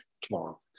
tomorrow